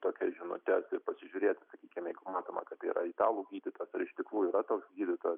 tokias žinutes ir pasižiūrėti sakykime matoma kad tai yra italų gydytojas ar iš tikrųjų yra toks gydytojas